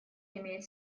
имеет